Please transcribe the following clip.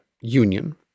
union